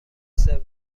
سوم